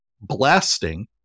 blasting